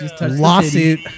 Lawsuit